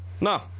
No